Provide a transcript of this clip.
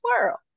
world